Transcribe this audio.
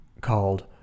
called